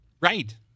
right